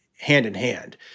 hand-in-hand